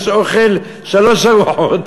יש אוכל, שלוש ארוחות.